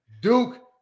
Duke